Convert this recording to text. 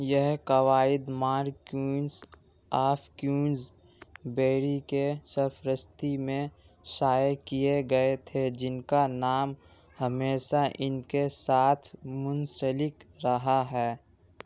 یہ قواعد marquess of Queensberry کے سرپرستی میں شائع کیے گئے تھے جن کا نام ہمیشہ ان کے ساتھ منسلک رہا ہے